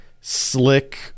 slick